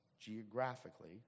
geographically